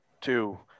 two